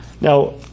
Now